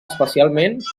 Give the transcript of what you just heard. especialment